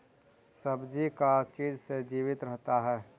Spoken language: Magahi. सब्जी का चीज से जीवित रहता है?